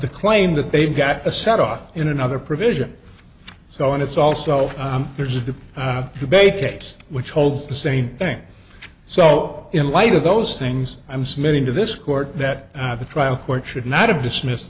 the claim that they've got a set off in another provision so and it's also there's the debate case which holds the same thing so in light of those things i'm submitting to this court that the trial court should not have dismissed